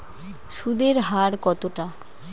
সুদের হার কতটা?